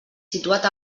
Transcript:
situat